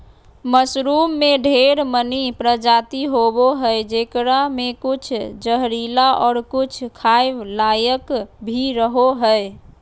mushroom के ढेर मनी प्रजाति होवो हय जेकरा मे कुछ जहरीला और कुछ खाय लायक भी रहो हय